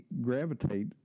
gravitate